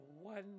one